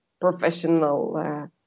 professional